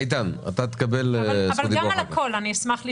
אבל אשמח לשמוע על הכול.